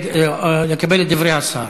שדב חנין, בעד לקבל את דברי השר.